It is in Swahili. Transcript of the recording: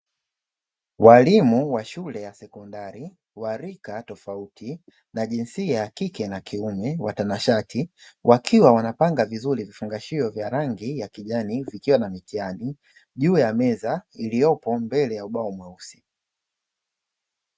Walimu wa shule ha sekondari wa rika tofauti na jinsia ya kike na kiume watanashati, wakiwa wanapanga vizuri vifungashio vya rangi ya kijani vikiwa na mitihani juu ya meza iliyopo mbele ya ubao mweusi.